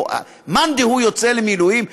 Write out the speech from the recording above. או מאן דהוא יוצא למילואים,